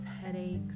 headaches